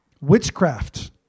witchcraft